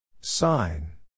Sign